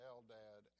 Eldad